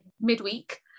midweek